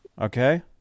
Okay